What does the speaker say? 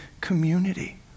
community